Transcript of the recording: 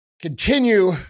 continue